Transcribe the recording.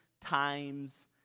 times